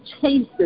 chases